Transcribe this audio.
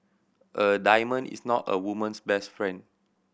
a diamond is not a woman's best friend